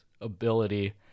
ability